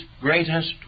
greatest